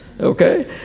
okay